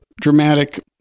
dramatic